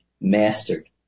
mastered